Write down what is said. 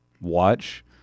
watch